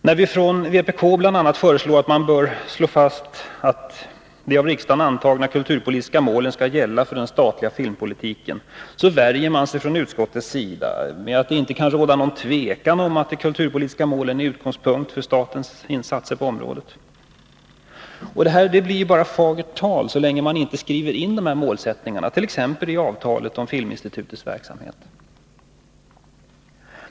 När vi från vpk bl.a. föreslår att man bör slå fast att de av riksdagen antagna kulturpolitiska målen skall gälla för den statliga filmpolitiken, så värjer sig utskottet med att säga att det inte kan råda något tvivel om att de kulturpolitiska målen är utgångspunkt för de statliga insatserna på området. Men detta blir bara fagert tal så länge man inte skriver in dessa målsättningar it.ex. avtalet om Filminstitutets verksamhet.